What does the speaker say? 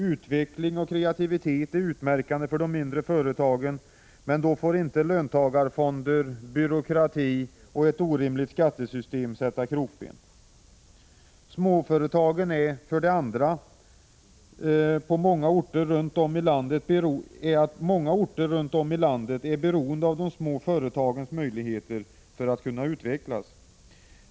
Utveckling och kreativitet är utmärkande för de mindre företagen, men då får inte löntagarfonder, byråkrati och ett orimligt skattesystem sätta krokben. För det andra är många orter runt om i landet beroende av de små företagens möjligheter till utveckling.